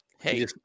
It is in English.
Hey